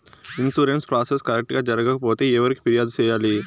insurance process correct గా జరగకపోతే ఎవరికి ఫిర్యాదు సేయాలి